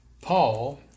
Paul